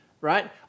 right